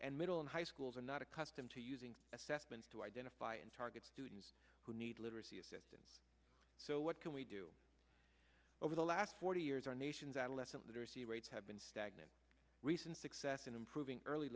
and middle and high schools are not accustomed to using assessments to identify and target students who need literacy assistance so what can we do over the last forty years our nation's adolescent literacy rates have been stagnant recent success in improving early